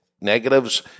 negatives